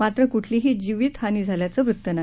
मात्र कुठलीही जिवितहानी झाल्याचं वृत्त नाही